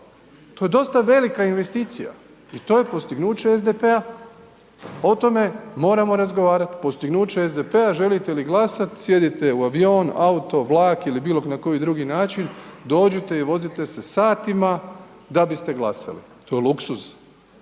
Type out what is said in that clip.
To je dosta velika investicija i to je postignuće SDP-a, o tome moramo razgovarati, postignuće SDP-a, želite li glasati sjednite u avion, auto, vlak ili bilo na koji drugi način dođite i vozite se satima da biste glasali, to je luksuz.